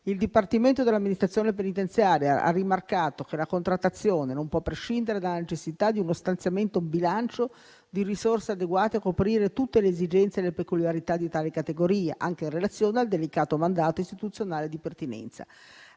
Il Dipartimento dell'amministrazione penitenziaria ha rimarcato che la contrattazione non può prescindere dalla necessità di uno stanziamento in bilancio di risorse adeguate a coprire tutte le esigenze e le peculiarità di tali categorie, anche in relazione al delicato mandato istituzionale di pertinenza.